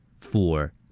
Four